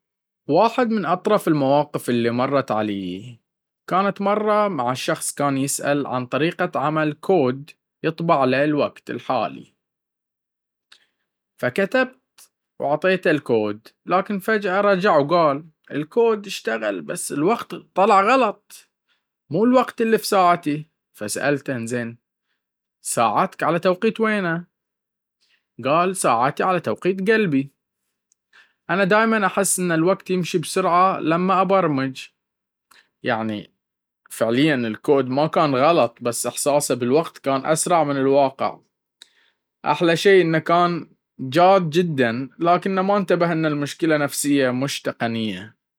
واحد من أطرف المواقف اللي مرت عليّ كانت مرة مع شخص كان يسأل عن طريقة عمل "كود يطبع له الوقت الحالي"، فكتب عطيته الكود، لكن فجأة رجع وقال: الكود اشتغل، بس الوقت طلع غلط... مو الوقت اللي في ساعتي!". فسألته: انزين ساعتك على توقيت وين؟" قال: ساعتي على توقيت قلبي... أنا دايم أحس إن الوقت يمشي بسرعة لما أبرمج!" يعني فعليًا الكود ما كان غلط، بس إحساسه بالوقت كان أسرع من الواقع! أحلى شي إنه كان جاد جداً، لكنه ما انتبه إن المشكلة نفسية مش تقنية.